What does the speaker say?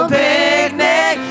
picnic